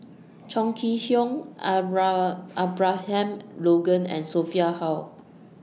Chong Kee Hiong Abra Abraham Logan and Sophia Hull